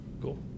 Cool